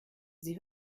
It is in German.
sie